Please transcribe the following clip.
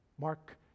Mark